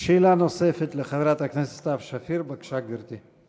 שאלה נוספת לחברת הכנסת סתיו שפיר, בבקשה, גברתי.